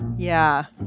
yeah.